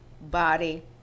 body